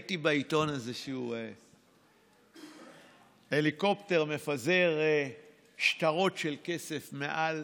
ראיתי בעיתון איזשהו הליקופטר שמפזר שטרות של כסף מעל